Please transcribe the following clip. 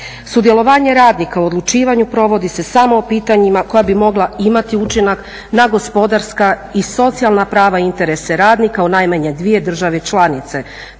Sudjelovanje radnika u odlučivanju provodi se samo o pitanjima koja bi mogla imati učinak na gospodarska i socijalna prava i interese radnika u najmanje dvije države članice.